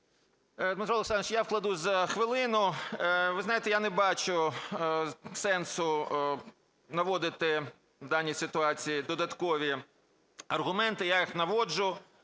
Дмитро Олександрович, я вкладусь за хвилину. Ви знаєте, я не бачу сенсу наводити в даній ситуації додаткові аргументи. Я їх наводжу,